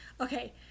Okay